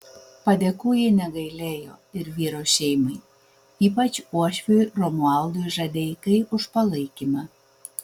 padėkų ji negailėjo ir vyro šeimai ypač uošviui romualdui žadeikai už palaikymą